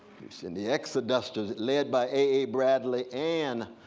and the exodusters lead by a a bradley and